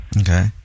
Okay